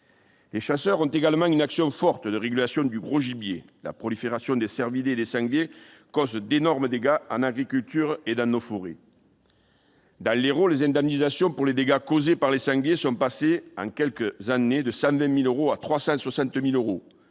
Les chasseurs ont également une action forte de régulation du gros gibier. La prolifération des cervidés et des sangliers cause d'énormes dégâts pour l'agriculture et les forêts. Dans l'Hérault, les indemnisations des dommages causés par les sangliers sont passées, en quelques années, de 120 000 euros à 360 000 euros